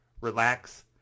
relax